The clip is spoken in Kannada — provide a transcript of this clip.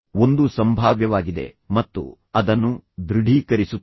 ಒಂದು ಸಂಭಾವ್ಯವಾಗಿದೆ ಮತ್ತು ಅದನ್ನು ದೃಢೀಕರಿಸುತ್ತದೆ